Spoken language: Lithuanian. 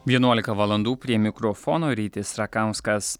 vienuolika valandų prie mikrofono rytis rakauskas